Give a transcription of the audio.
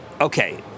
okay